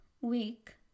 week